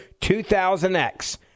2000X